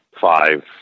five